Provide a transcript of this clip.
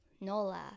Nola